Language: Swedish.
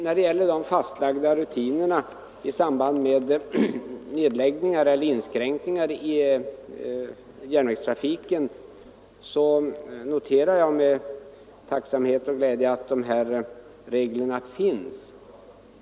När det gäller de fastlagda rutinerna i samband med nedläggningar eller inskränkningar av järnvägstrafiken noterar jag med intresse att de här reglerna finns.